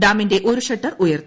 ഡാമിന്റെ ഒരു ഷട്ടർ ഉയർത്തി